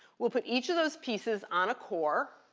we'll put each of those pieces on a core.